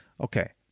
okay